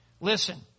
Listen